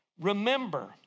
Remember